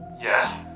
yes